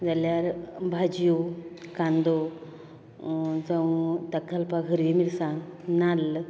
जाल्यार भाज्यो कांदो जावं ताका घालपाक हरवी मिरसांग नाल्ल